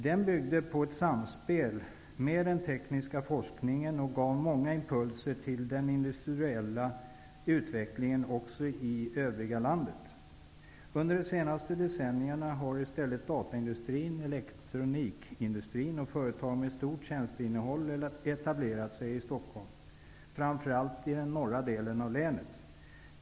Den byggde på ett samspel med den tekniska forskningen och gav många impulser till den industriella utvecklingen också i det övriga landet. Under de senaste decennierna har i stället dataindustri, elektronikindustri och företag med stort tjänsteinnehåll etablerat sig i Stockholm, framför allt i den norra delen av länet.